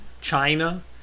China